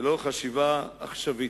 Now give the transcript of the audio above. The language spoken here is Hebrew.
ולא חשיבה עכשווית.